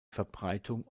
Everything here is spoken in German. verbreitung